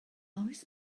oes